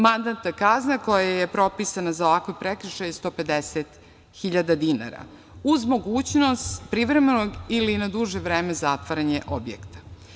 Mandatna kazna koja je propisana za ovakav prekršaj je 150.000 dinara, uz mogućnost privremenog ili na duže vreme zatvaranje objekta.